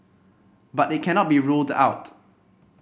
but it cannot be ruled out